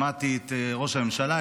שמעתי את ראש הממשלה,